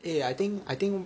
eh I think I think